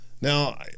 Now